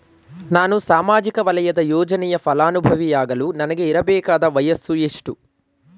ನಾನು ಸಾಮಾಜಿಕ ವಲಯದ ಯೋಜನೆಯ ಫಲಾನುಭವಿ ಯಾಗಲು ನನಗೆ ಇರಬೇಕಾದ ವಯಸ್ಸು ಎಷ್ಟು?